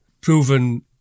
Proven